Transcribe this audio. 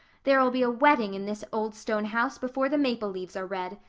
there'll be a wedding in this old stone house before the maple leaves are red.